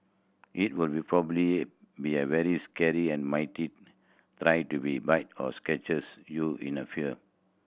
it will probably be a very scary and try to be bite or scratches you in a fear